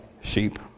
sheep